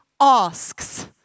asks